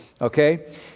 Okay